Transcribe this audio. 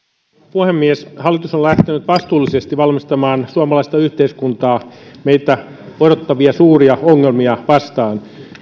puhemies hallitus on lähtenyt vastuullisesti valmistamaan suomalaista yhteiskuntaa meitä odottavia suuria ongelmia vastaan